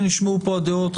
נשמעו פה הדעות.